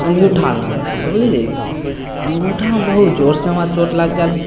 अँगूठा लङ्गसँ समझली अँगूठामे बहुत जोरसँ हमरा चोट लागि गेल